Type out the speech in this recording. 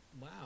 Wow